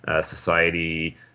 Society